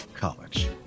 college